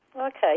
Okay